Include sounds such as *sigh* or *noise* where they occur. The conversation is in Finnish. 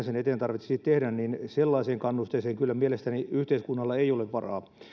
*unintelligible* sen eteen tarvitsisi tehdä sellaiseen kannusteeseen mielestäni yhteiskunnalla ei kyllä ole varaa